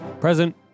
Present